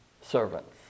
servants